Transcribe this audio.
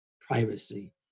privacy